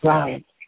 Right